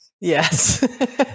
Yes